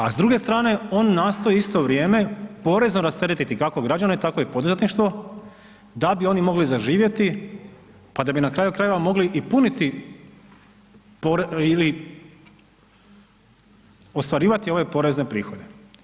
A s druge strane on nastoji isto vrijeme porezno rasteretiti kako građane tako i poduzetništvo da bi oni mogli zaživjeti pa da bi na kraju krajeva mogli i puniti ili ostvarivati ove porezne prihode.